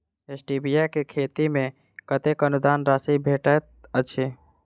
Stevia केँ खेती मे कतेक अनुदान राशि भेटैत अछि?